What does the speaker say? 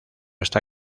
está